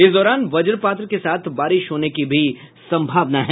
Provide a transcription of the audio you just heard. इस दौरान वज्रपात के साथ बारिश होने की भी संभावना है